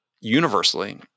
universally